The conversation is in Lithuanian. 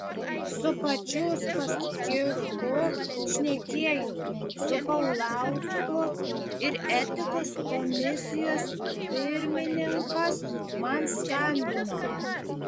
su pačiu uspaskichu šnekėjau su paulausku ir etikos komisijos pirmininkas man skambino